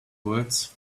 words